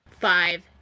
Five